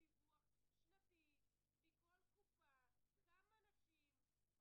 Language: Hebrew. אחוזים גבוהים של אנשים.